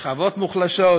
שכבות מוחלשות